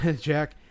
Jack